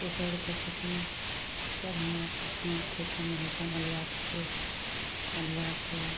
केसौरके खेती ई सभ हमरा आरके अपना खेतेमे होइ छनि अल्हुआके खेत अल्हुआके